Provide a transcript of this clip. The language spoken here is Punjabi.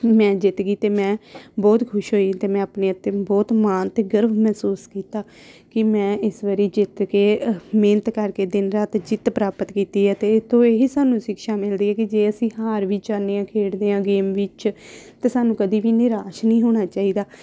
ਮੈਂ ਜਿੱਤ ਗਈ ਅਤੇ ਮੈਂ ਬਹੁਤ ਖੁਸ਼ ਹੋਈ ਅਤੇ ਮੈਂ ਆਪਣੇ ਉੱਤੇ ਬਹੁਤ ਮਾਣ ਅਤੇ ਗਰਵ ਮਹਿਸੂਸ ਕੀਤਾ ਕਿ ਮੈਂ ਇਸ ਵਾਰੀ ਜਿੱਤ ਕੇ ਮਿਹਨਤ ਕਰਕੇ ਦਿਨ ਰਾਤ ਜਿੱਤ ਪ੍ਰਾਪਤ ਕੀਤੀ ਹੈ ਅਤੇ ਇਹ ਤੋਂ ਇਹੀ ਸਾਨੂੰ ਸ਼ਿਕਸ਼ਾ ਮਿਲਦੀ ਹੈ ਕਿ ਜੇ ਅਸੀਂ ਹਾਰ ਵੀ ਜਾਂਦੇ ਹਾਂ ਖੇਡਦੇ ਹਾਂ ਗੇਮ ਵਿੱਚ ਤਾਂ ਸਾਨੂੰ ਕਦੀ ਵੀ ਨਿਰਾਸ਼ ਨਹੀਂ ਹੋਣਾ ਚਾਹੀਦਾ